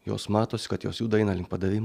jos matosi kad jos juda eina link padavim